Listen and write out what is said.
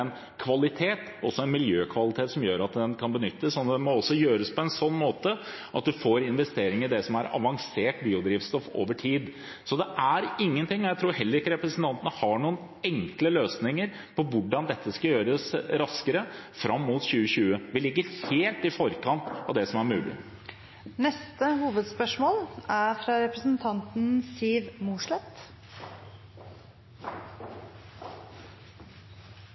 en kvalitet, også en miljøkvalitet, som gjør at det kan benyttes, og det må gjøres på en slik måte at en får investeringer i det som er avansert biodrivstoff over tid. Jeg tror heller ikke representanten har noen enkle løsninger for hvordan dette skal gjøres raskere fram mot 2020. Vi ligger helt i forkant av det som er mulig. Neste hovedspørsmål er fra Siv Mossleth.